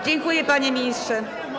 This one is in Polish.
Dziękuję, panie ministrze.